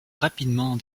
rapidement